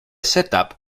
setup